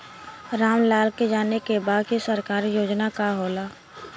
राम लाल के जाने के बा की सरकारी योजना का होला?